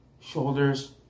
shoulders